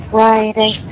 Friday